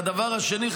והדבר השני,